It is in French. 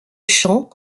chant